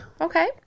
Okay